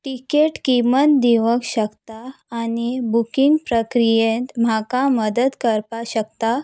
ticket किंमत दिवंक शकता आनी बुकींग प्रक्रियेंत म्हाका मदत करपाक शकता